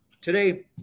today